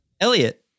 Elliot